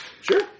Sure